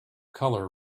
color